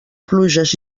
pluges